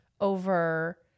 over